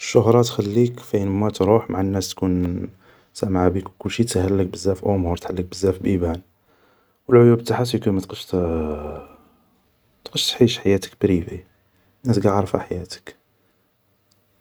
الشهرة تخليك فاين ما تروح مع الناس تكون سامعة بيك و كلشي, تسهلك بزاف أمور, تحلك بزاف بيبان, و العيوب تاعها سيكو ماتقدش, ماتقدش تعيش حياتك بريفي, ناس قاع عارفة حياتك